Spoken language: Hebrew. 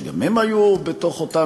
שגם הן היו בתוך אותן,